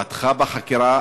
פתחה בחקירה,